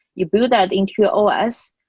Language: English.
you build that into your ah os.